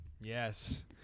Yes